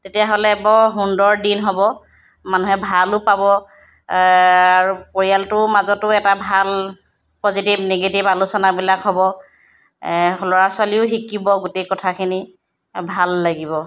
তেতিয়াহ'লে বৰ সুন্দৰ দিন হ'ব মানুহে ভালো পাব আৰু পৰিয়ালটোৰ মাজতো এটা ভাল পজিটিভ নিগেটিভ আলোচনাবিলাক হ'ব ল'ৰা ছোৱালীও শিকিব গোটেই কথাখিনি আৰু ভাল লাগিব